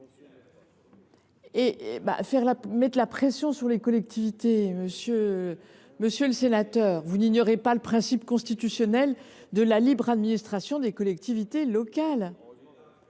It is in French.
mettre la pression ! Monsieur le sénateur, vous n’ignorez pas le principe constitutionnel de la libre administration des collectivités locales